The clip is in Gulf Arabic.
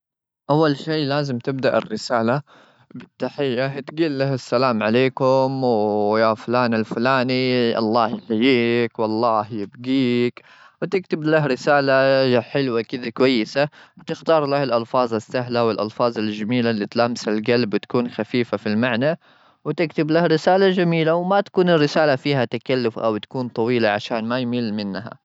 أول شي، لازم تبدأ الرسالة بالتحية. تقل له: "السلام عليكم، ويا فلان الفلاني، الله يحييك، والله يبجيك". وتكتب له رسالة، يا حلوة، كذا كويسة. وتختار له الألفاظ السهلة، والألفاظ الجميلة اللي تلامس الجلب. تكون خفيفة في المعنى. وتكتب لها رسالة جميلة، وما تكون الرسالة فيها تكلف أو تكون طويلة عشان ما يمل منها.